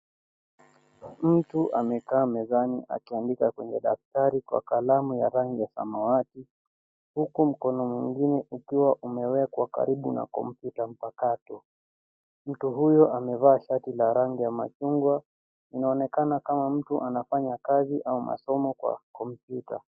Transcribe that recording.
Mtu amekaa mezani akiandika kwenye daftari kwa kalamu ya rangi ya samawati huku mkono mwingine ukiwa umewekwa karibu na kompyuta mpakato. Mtu huyo amevaa shati la rangi ya machungwa. Inaonekana kama mtu anafanya kazi au masomo kwa kompyuta.